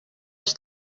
els